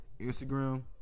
Instagram